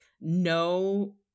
no